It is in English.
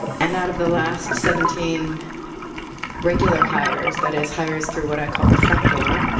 and out of the last seventeen regular hires, that is, hires through what i call the front door,